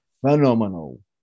phenomenal